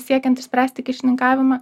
siekiant išspręsti kyšininkavimą